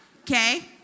Okay